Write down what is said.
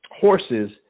horses